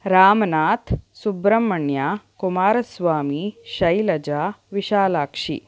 Ramnath Subramanya Kumaraswamy Shailaja Vishalakshi